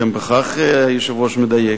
גם בכך היושב-ראש מדייק.